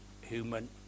human